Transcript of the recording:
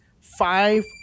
five